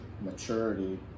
maturity